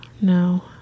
No